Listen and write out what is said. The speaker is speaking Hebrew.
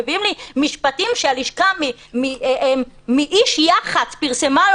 מביאים לי משפטים שהלשכה על ידי איש יח"צ פרסמה על